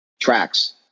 tracks